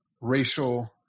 racial